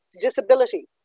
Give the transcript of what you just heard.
disability